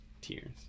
tears